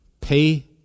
Pay